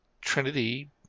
Trinity